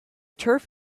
turf